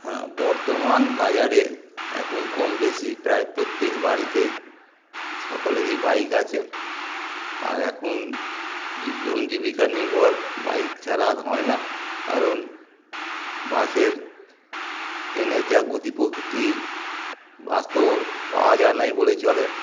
হ্যাঁ বর্তমান বাজারে এখন কম বেশি প্রায় প্রত্যেক বাড়িতেই সকলেরই বাইক আছে আর এখন জী জন জীবিকা নির্ভর বাইক ছাড়া আর হয় না কারণ বাসের ট্রেনের যা গতি প্রকৃতি বাস তো পাওয়া যায় নাই বলেই চলে